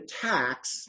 tax